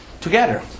Together